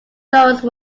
those